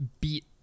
beat